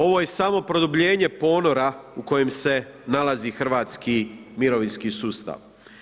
Ovo je samo produbljenje ponora u kojem se nalazi hrvatski mirovinski sustav.